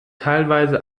teilweise